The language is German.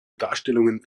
darstellungen